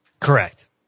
Correct